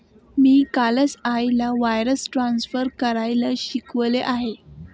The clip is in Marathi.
मी कालच आईला वायर्स ट्रान्सफर करायला शिकवले आहे